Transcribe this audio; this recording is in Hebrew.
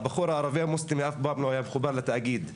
הבחור הערבי המוסלמי אף פעם לא היה מחובר לתאגיד,